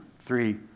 three